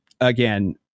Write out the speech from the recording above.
again